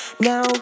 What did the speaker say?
Now